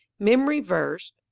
memory verse,